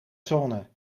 zone